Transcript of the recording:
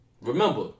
Remember